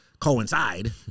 coincide